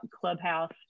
Clubhouse